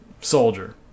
soldier